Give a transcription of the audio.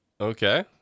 Okay